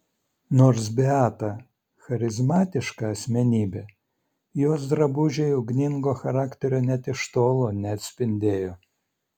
nors beata charizmatiška asmenybė jos drabužiai ugningo charakterio net iš tolo neatspindėjo